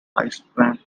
lifespan